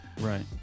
Right